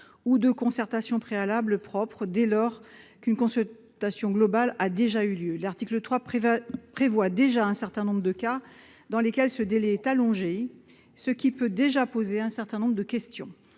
ou de concertation préalable propre dès lors qu'une consultation globale a déjà eu lieu. L'article 3 prévoit déjà plusieurs cas dans lesquels ce délai est allongé, ce qui peut poser question.